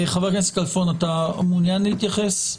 חבר הכנסת כלפון, אתה מעוניין להתייחס?